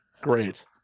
great